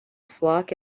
flock